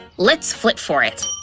let's flip for it!